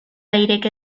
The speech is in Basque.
leirek